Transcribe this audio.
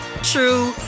true